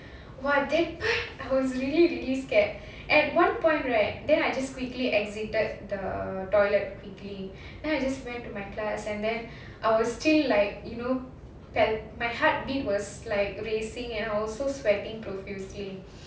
!wah! that part I was really really scared at one point right then I just quickly exited the toilet quickly then I just went to my class and then I was still like you know pal~ my heartbeat was like racing and I was also sweating profusely